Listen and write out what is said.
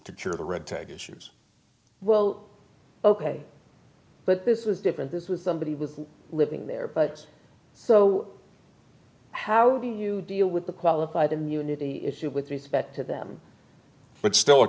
issues well ok but this was different this was somebody was living there but so how do you deal with the qualified immunity issue with respect to them but still